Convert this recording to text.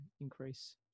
increase